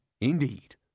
Indeed